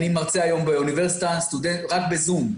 אני מרצה היום באוניברסיטה רק בזום,